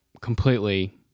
completely